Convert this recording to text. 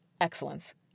excellence